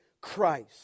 Christ